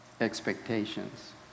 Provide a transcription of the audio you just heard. expectations